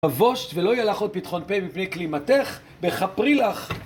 בבושת ולא ילך עוד פתחון פה מפני כלימתך, בכפרי לך!